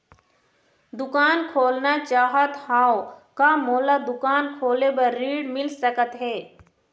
दुकान खोलना चाहत हाव, का मोला दुकान खोले बर ऋण मिल सकत हे?